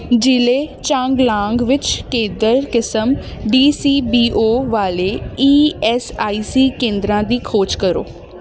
ਜ਼ਿਲ੍ਹੇ ਚਾਂਗਲਾਂਗ ਵਿੱਚ ਕੇਂਦਰ ਕਿਸਮ ਡੀ ਸੀ ਬੀ ਓ ਵਾਲੇ ਈ ਐੱਸ ਆਈ ਸੀ ਕੇਂਦਰਾਂ ਦੀ ਖੋਜ ਕਰੋ